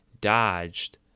dodged